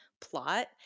plot